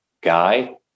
guy